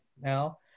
now